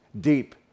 deep